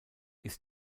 ist